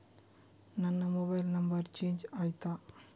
ನನ್ನ mobile number change ಆಯ್ತಾ?